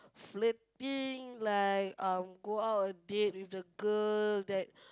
flirting like uh go out on date with the girl that